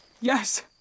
Yes